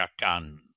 Shakan